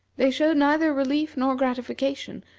they showed neither relief nor gratification,